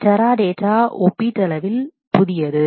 Teradata ஒப்பீட்டளவில் புதியது